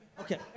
Okay